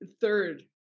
third